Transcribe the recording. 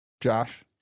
josh